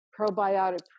probiotic